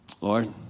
Lord